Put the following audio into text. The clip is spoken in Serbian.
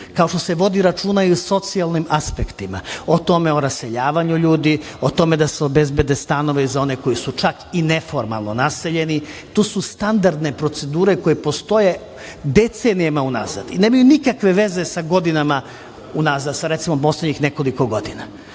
kao što se vodi računa o socijalnim aspektima, o raseljavanju ljudi, o tome da se obezbede stanove za one koji su čak i neformalno naseljeni. To su standardne procedure koje postoje decenijama unazad i nemaju nikakve veze sa godinama unazad, recimo sa poslednjih nekoliko godina. Čujemo